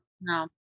no